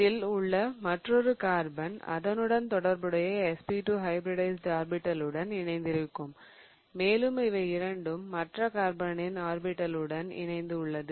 இதில் உள்ள மற்றொரு கார்பன் அதனுடன் தொடர்புடைய sp2 ஹைபிரிடைஸிட் ஆர்பிடலுடன் இணைந்திருக்கும் மேலும் இவை இரண்டும் மற்ற கார்பனின் ஆர்பிடல் உடன் இணைந்து உள்ளது